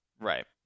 right